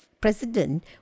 president